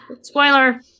Spoiler